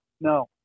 No